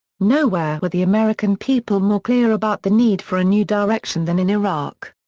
nowhere were the american people more clear about the need for a new direction than in iraq.